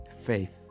faith